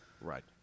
Right